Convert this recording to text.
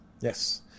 Yes